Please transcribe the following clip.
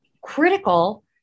critical